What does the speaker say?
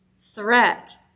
threat